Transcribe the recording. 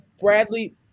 Bradley –